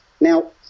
Now